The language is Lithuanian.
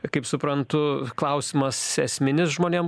kaip suprantu klausimas esminis žmonėm